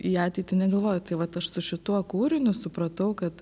į ateitį negalvoju tai vat aš su šituo kūriniu supratau kad